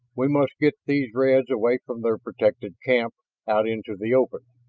we must get these reds away from their protected camp out into the open.